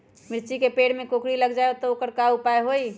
मिर्ची के पेड़ में कोकरी लग जाये त वोकर उपाय का होई?